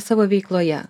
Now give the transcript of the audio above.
savo veikloje